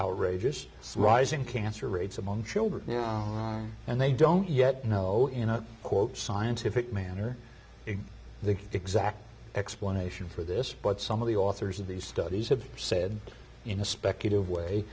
outrageous surprising cancer rates among children and they don't yet know in a scientific manner is the exact explanation for this but some of the authors of these studies have said in a speculative way